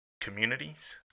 communities